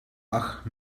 ach